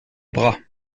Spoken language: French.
bras